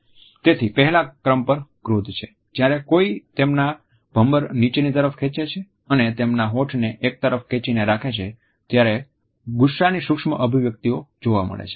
તેથી પહેલા ક્રમ પર ક્રોધ છે જ્યારે કોઈ તેમના ભમર નીચેની તરફ ખેંચે છે અને તેમના હોઠને એક તરફ ખેંચી ને રાખે છે ત્યારે ગુસ્સાની સૂક્ષ્મ અભિવ્યક્તિ જોવા મળે છે